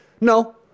No